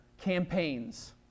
campaigns